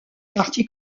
parti